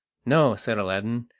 no, said aladdin,